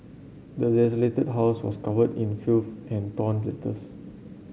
the desolated house was covered in filth and torn letters